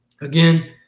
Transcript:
again